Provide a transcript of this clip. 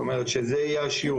זאת אומרת, שזה יהיה השיעור.